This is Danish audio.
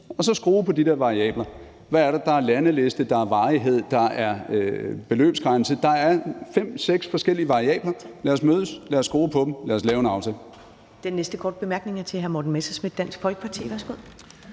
og så skrue på de der variabler. Og hvad er der? Der er en landeliste, der er varighed, der er en beløbsgrænse, der er fem-seks forskellige variabler. Lad os mødes, lad os skrue på dem, og lad os lave en aftale.